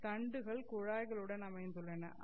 இந்த தண்டுகள் குழாய்களுடன் அமைந்துள்ளன